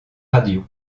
radio